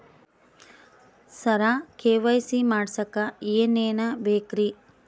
ಸರ KYC ಮಾಡಸಕ್ಕ ಎನೆನ ಬೇಕ್ರಿ?